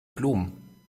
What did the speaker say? blumen